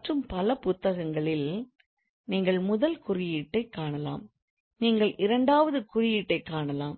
மற்றும் பல புத்தகங்களில் நீங்கள் முதல் குறியீட்டைக் காணலாம் நீங்கள் இரண்டாவது குறியீட்டைக் காணலாம்